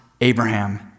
Abraham